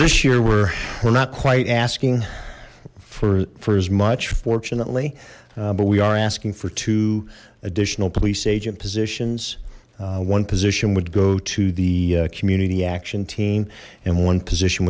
this year were we're not quite asking for for as much fortunately but we are asking for two additional police agent positions one position would go to the community action team and one